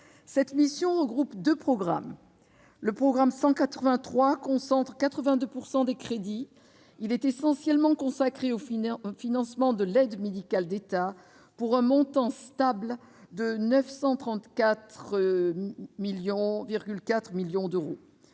Cette mission regroupe deux programmes. Le programme 183 concentre 82 % des crédits ; il est essentiellement consacré au financement de l'aide médicale de l'État pour un montant stable de 934,4 millions d'euros,